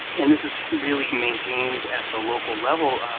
and this is really maintained at the local level,